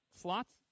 slots